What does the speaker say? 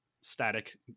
static